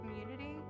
community